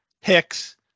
Hicks